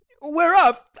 Whereof